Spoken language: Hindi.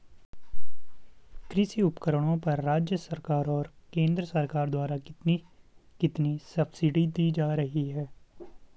कृषि उपकरणों पर राज्य सरकार और केंद्र सरकार द्वारा कितनी कितनी सब्सिडी दी जा रही है?